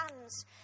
hands